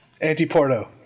Anti-Porto